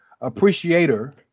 appreciator